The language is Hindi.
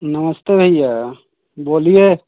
नमस्ते भैया बोलिए